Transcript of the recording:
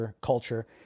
culture